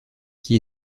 qui